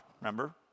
remember